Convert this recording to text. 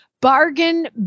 bargain